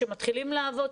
כשמתחילים לעבוד,